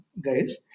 guys